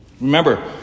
Remember